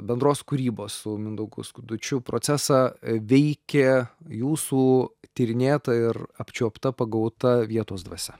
bendros kūrybos su mindaugu skudučiu procesą veikia jūsų tyrinėta ir apčiuopta pagauta vietos dvasia